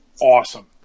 awesome